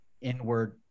inward